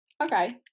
Okay